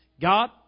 God